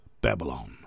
Babylon